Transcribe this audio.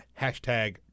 hashtag